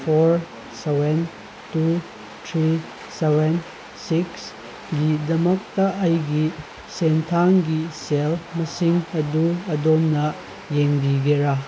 four seven two three seven ꯁꯤꯛꯁꯒꯤꯗꯃꯛꯇ ꯑꯩꯒꯤ ꯁꯦꯟꯊꯥꯡꯒꯤ ꯁꯦꯜ ꯃꯁꯤꯡ ꯑꯗꯨ ꯑꯗꯣꯝꯅ ꯌꯦꯡꯕꯤꯒꯦꯔꯥ